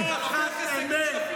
מילה אחת לא אמרת.